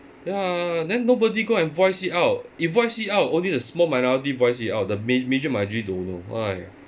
ya then nobody go and voice it out if voice it out only the small minority voice it out the main major majority don't know !aiya!